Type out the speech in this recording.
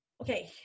okay